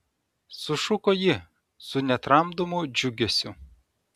sušuko ji su netramdomu džiugesiu